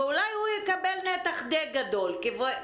ואולי הוא יקבל נתח די גדול.